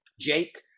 Jake